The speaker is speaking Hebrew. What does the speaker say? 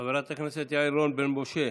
חברת הכנסת יעל רון בן משה,